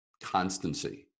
constancy